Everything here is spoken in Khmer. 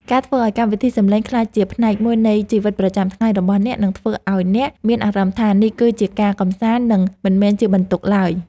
ការធ្វើឱ្យកម្មវិធីសំឡេងក្លាយជាផ្នែកមួយនៃជីវិតប្រចាំថ្ងៃរបស់អ្នកនឹងធ្វើឱ្យអ្នកមានអារម្មណ៍ថានេះគឺជាការកម្សាន្ត និងមិនមែនជាបន្ទុកឡើយ។